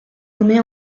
nommée